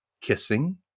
kissing